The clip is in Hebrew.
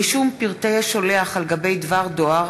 (רישום פרטי שולח על-גבי דבר דואר